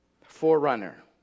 Forerunner